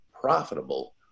profitable